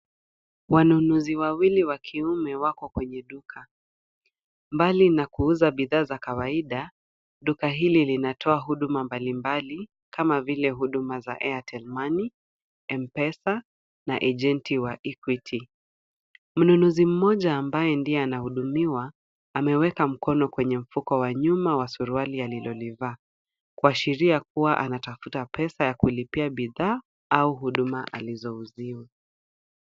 Wanunuzi wawili wa kiume wako kwenye duka. Mbali na kuuza bidhaa za kawaida, duka hili linatoa huduma mbalimbali, kama vile huduma za Airtel Money, M-Pesa na Agenti wa Equity. Mnunuzi mmoja ambaye ndiye anahudumiwa, ameweka mkono kwenye mfuko wa nyuma wa suruali alilolivaa. Kuashiria kuwa anatafuta pesa ya kulipia bidhaa au huduma alizouziwa.